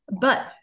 but-